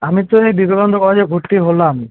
আমি তো এই বিবেকানন্দ কলেজে ভর্তি হলাম